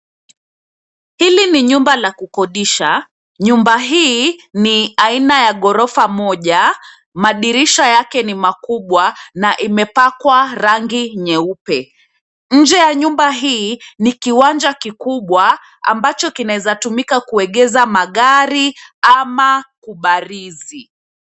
Hili ni nyumba la kukodisha. Nyumba hii ni aina ya ghorofa moja, madirisha yake ni makubwa na imepakwa rangi nyeupe. Nje ya nyumba hii ni kiwanja kikubwa ambacho kinaezatumika kuegeza magari ama kubarizi.